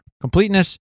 completeness